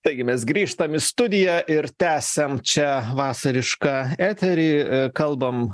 taigi mes grįžtam į studiją ir tęsiam čia vasarišką eterį kalbam